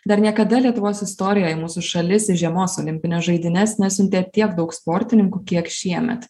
dar niekada lietuvos istorijoj mūsų šalis į žiemos olimpines žaidynes nesiuntė tiek daug sportininkų kiek šiemet